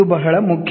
ಇದು ಬಹಳ ಮುಖ್ಯ